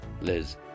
Liz